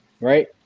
right